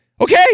Okay